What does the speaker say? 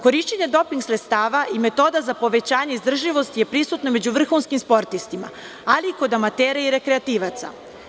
Korišćenje doping sredstava i metoda za povećanje izdržljivosti je prisutno među vrhunskim sportistima, ali i kod amatera i rekreativaca.